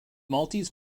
maltese